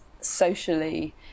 socially